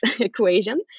equation